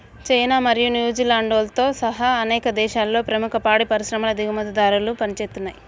China మరియు న్యూజిలాండ్తో సహా అనేక దేశాలలో ప్రముఖ పాడి పరిశ్రమలు దిగుమతిదారులుగా పనిచేస్తున్నయ్